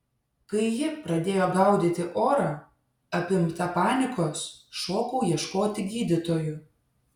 kai ji pradėjo gaudyti orą apimta panikos šokau ieškoti gydytojų